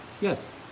Yes